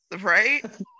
Right